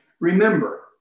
remember